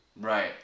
Right